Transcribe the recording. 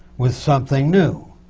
with something new,